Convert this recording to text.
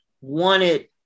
wanted